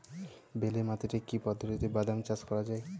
বেলে মাটিতে কি পদ্ধতিতে বাদাম চাষ করা যায়?